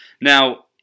Now